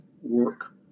work